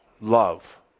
love